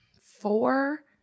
Four